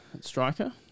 striker